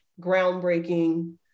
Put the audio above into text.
groundbreaking